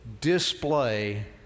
display